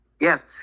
Yes